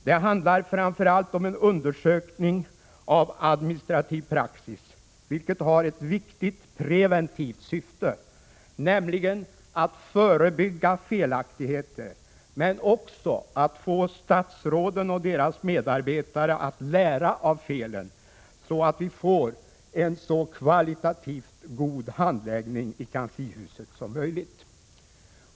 Det handlar framför allt om en undersökning av administrativ praxis, vilket har ett viktigt preventivt syfte, nämligen att förebygga felaktigheter men också att få statsråden och deras medarbetare att lära av felen, så att vi får en så kvalitativt god handläggning i kanslihuset som möjligt.